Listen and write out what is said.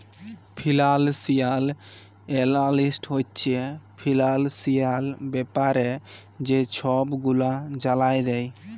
financial analyst হছে financial ব্যাপারে যে ছব গুলা জালায় দেই